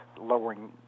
lowering